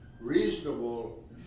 reasonable